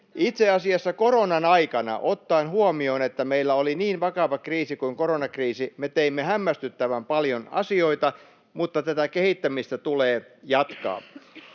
Itse asiassa koronan aikana — ottaen huomioon, että meillä oli niin vakava kriisi kuin koronakriisi — me teimme hämmästyttävän paljon asioita, mutta tätä kehittämistä tulee jatkaa.